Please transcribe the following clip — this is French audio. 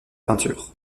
peinture